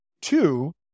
two